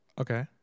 Okay